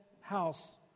house